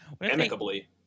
Amicably